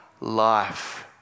life